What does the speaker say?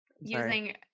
using